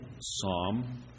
psalm